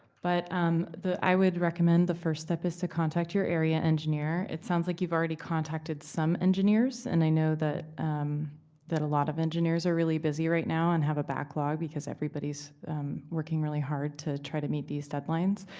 but um i would recommend the first step is to contact your area engineer. it sounds like you've already contacted some engineers. and i know that a lot of engineers are really busy right now and have a backlog because everybody's working really hard to try to meet these deadlines.